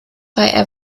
bei